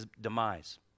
demise